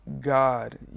God